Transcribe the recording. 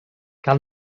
cal